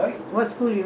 the school name